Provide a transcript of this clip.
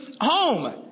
home